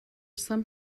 some